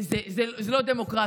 הם אומרים: זה לא דמוקרטי.